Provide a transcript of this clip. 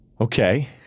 okay